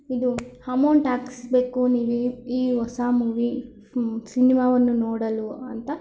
ಇದು ಹಮೌಂಟ್ ಹಾಕ್ಸಬೇಕು ನೀವು ಈ ಈ ಹೊಸ ಮೂವಿ ಸಿನಿಮಾವನ್ನು ನೋಡಲು ಅಂತ